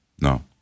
no